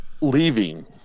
leaving